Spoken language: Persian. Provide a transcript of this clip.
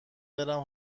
برم